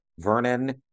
Vernon